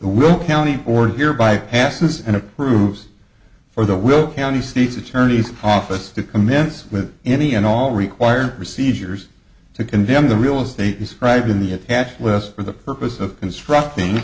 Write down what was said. will county order hereby passes and approves for the will county state's attorney's office to commence with any and all required procedures to condemn the real estate described in the attached list for the purpose of constructing